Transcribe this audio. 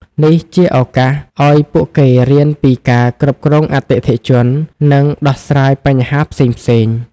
នេះជាឱកាសឲ្យពួកគេរៀនពីការគ្រប់គ្រងអតិថិជន និងដោះស្រាយបញ្ហាផ្សេងៗ។